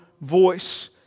voice